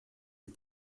les